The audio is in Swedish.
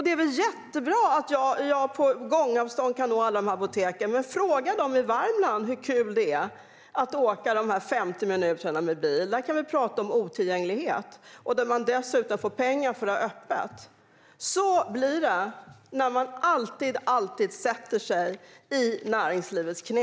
Det är väl jättebra att jag har alla dessa apotek på gångavstånd, men fråga dem i Värmland hur kul det är att åka dessa 50 minuter med bil. Där kan vi prata om otillgänglighet, och man får dessutom pengar för att ha öppet. Så blir det när man alltid sätter sig i näringslivets knä.